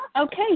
Okay